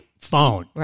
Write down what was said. phone